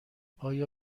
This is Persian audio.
آیا